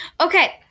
Okay